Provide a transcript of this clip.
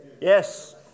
yes